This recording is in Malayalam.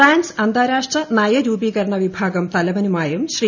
ഫ്രാൻസ് അന്താരാഷ്ട്ര നയരൂപീകരണ വിഭാഗം തലവനുമായും ശ്രീ